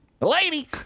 Lady